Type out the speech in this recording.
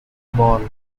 ball